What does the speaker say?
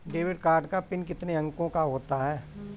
Debit card का PIN कितने अंकों का होता है?